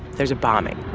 there's a bombing,